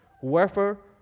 Whoever